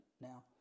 Now